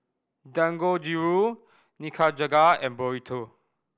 Dangojiru Nikujaga and Burrito